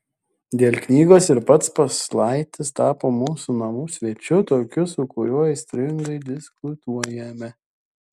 dėl knygos ir pats paslaitis tapo mūsų namų svečiu tokiu su kuriuo aistringai diskutuojame